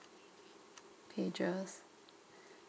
pages